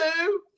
two